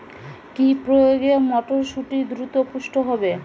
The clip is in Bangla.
কি প্রয়োগে মটরসুটি দ্রুত পুষ্ট হবে?